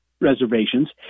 reservations